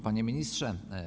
Panie Ministrze!